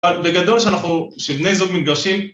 אבל בגדול שאנחנו, ‫ בני זוג מתגרשים...